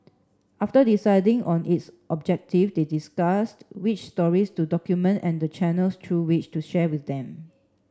after deciding on its objective they discussed which stories to document and the channels through which to share them